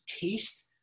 taste